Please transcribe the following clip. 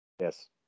Yes